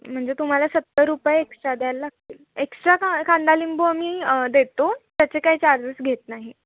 म्हणजे तुम्हाला सत्तर रुपये एक्स्ट्रा द्यायला लागतील एक्स्ट्रा का कांदा लिंबू आम्ही देतो त्याचे काय चार्जेस घेत नाही